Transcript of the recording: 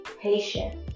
patient